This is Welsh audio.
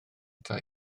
ata